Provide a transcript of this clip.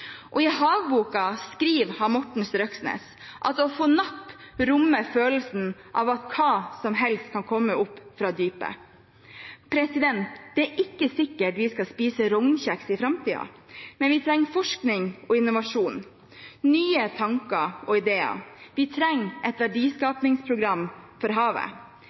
I Havboka skriver Morten Strøksnes at å få napp rommer «følelsen av at nesten hva som helst kan komme opp fra dypet». Det er ikke sikkert vi skal spise rognkjeks i framtiden, men vi trenger forskning og innovasjon, nye tanker og ideer. Vi trenger et verdiskapingsprogram for havet.